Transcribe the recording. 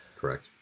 Correct